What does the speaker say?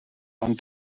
ond